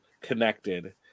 connected